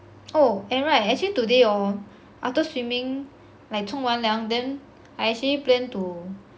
oh and right actually today hor after swimming like 冲完凉 then I actually planned to